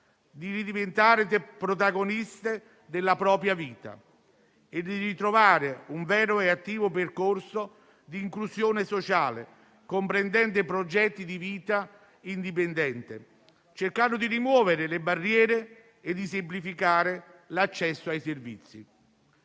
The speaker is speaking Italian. di ridiventare protagoniste della propria vita e di ritrovare un vero e attivo percorso di inclusione sociale, comprendente progetti di vita indipendente, cercando di rimuovere le barriere e di semplificare l'accesso ai servizi.